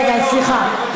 רגע, סליחה.